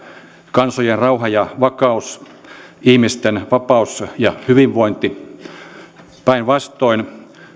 kansojen rauha ja vakaus ihmisten vapaus ja hyvinvointi päinvastoin